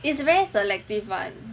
is a very selective [one]